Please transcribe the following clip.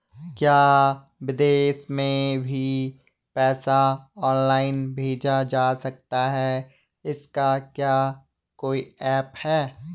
क्या विदेश में भी पैसा ऑनलाइन भेजा जा सकता है इसका क्या कोई ऐप है?